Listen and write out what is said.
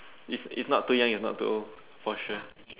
is is not too young is not too old for sure